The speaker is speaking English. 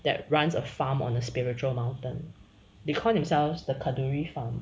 that runs a farm on a spiritual mountain they call themselves the kadoorie farm